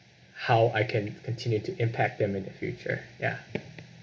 how I can continue to impact them in the future ya